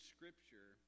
Scripture